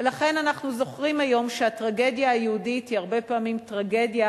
ולכן אנחנו זוכרים היום שהטרגדיה היהודית היא הרבה פעמים טרגדיה